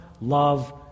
love